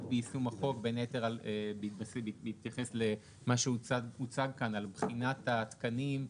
ביישום החוק בין היתר בהתייחס למה שהוצג כאן על בחינת התקנים,